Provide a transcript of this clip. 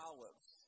Olives